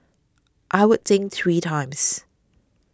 I would think three times